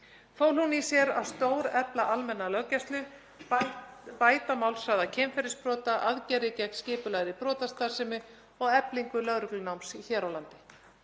Fól hún í sér að stórefla almenna löggæslu, bæta málshraða kynferðisbrota, aðgerðir gegn skipulagðri brotastarfsemi og eflingu lögreglunáms hér á landi.